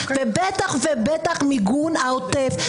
ובטח ובטח מיגון העוטף.